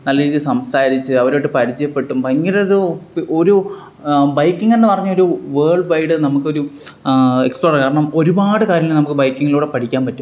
നല്ല രീതിയിൽ സംസാരിച്ച് അവരുവായിട്ട് പരിചയപ്പെട്ടും ഭയങ്കര ഒരു പ് ഒരു ബൈക്കിങ്ങെന്ന് പറഞ്ഞൊരു വേള്ഡ് വൈഡ് നമുക്ക് ഒരു എക്സ്പ്ലോർ ചെയ്യാം കാരണം ഒരുപാട് കാര്യങ്ങള് നമുക്ക് ബൈക്കിങ്ങിലൂടെ പഠിക്കാൻ പറ്റും